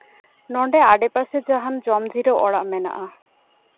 ᱱᱚᱰᱮ ᱟᱰᱮᱯᱟᱥᱮ ᱡᱟᱦᱟᱱ ᱡᱚᱢ ᱡᱤᱨᱟᱹᱣ ᱚᱲᱟᱜ ᱢᱮᱱᱟᱜᱼᱟ